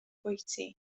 bwyty